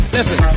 Listen